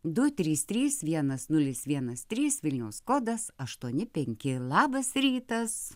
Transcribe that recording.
du trys trys vienas nulis vienas trys vilniaus kodas aštuoni penki labas rytas